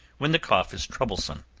when the cough is troublesome.